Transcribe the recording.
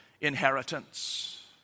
inheritance